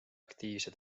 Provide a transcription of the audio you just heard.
aktiivse